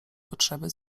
potrzeby